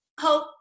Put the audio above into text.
hope